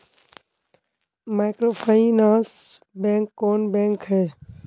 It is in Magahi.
माइक्रोफाइनांस बैंक कौन बैंक है?